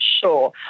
Sure